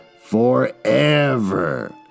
Forever